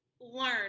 learn